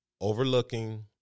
overlooking